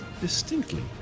distinctly